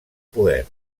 poder